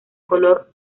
color